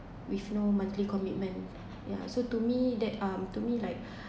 with no monthly commitment yeah so to me that um to me like